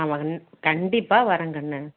ஆ வந் கண்டிப்பாக வர்றேன் கன்னு